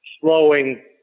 slowing